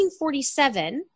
1947